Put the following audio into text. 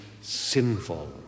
sinful